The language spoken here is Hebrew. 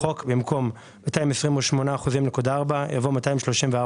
לחוק, במקום "228.4%" יבוא "234%".